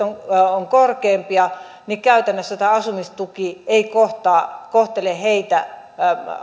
ovat korkeampia käytännössä tämä asumistuki ei kohtele heitä